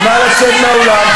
נא לצאת מהאולם.